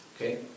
Okay